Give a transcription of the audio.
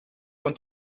con